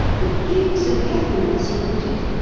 the gates of heaven as you put it,